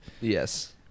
yes